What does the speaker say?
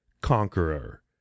conqueror